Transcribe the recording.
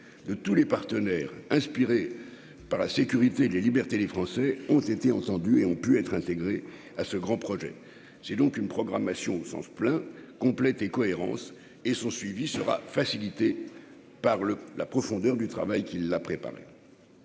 de tous les partenaires, inspiré par la sécurité et les libertés, les Français ont été entendus et ont pu être intégré à ce grand projet, c'est donc une programmation au sens plein complète et cohérence et sont suivis sera facilitée par le la profondeur du travail qu'il a préparé.